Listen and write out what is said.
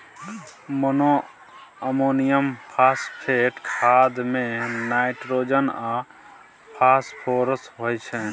monoammonium phosphate खाद मे nitrogen आ फास्फोरस होइ छै